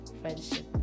friendship